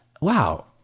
wow